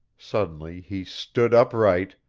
suddenly he stood upright,